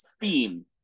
theme